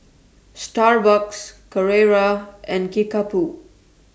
Starbucks Carrera and Kickapoo